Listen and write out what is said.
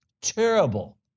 terrible